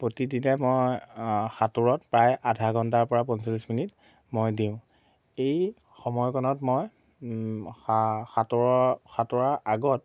প্ৰতিদিনে মই সাঁতোৰত প্ৰায় আধা ঘণ্টাৰ পৰা পঞ্চল্লিছ মিনিট মই দিওঁ এই সময়কণত মই সাঁতোৰৰ সাঁতোৰাৰ আগত